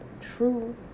true